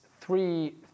three